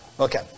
Okay